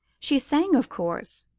she sang, of course,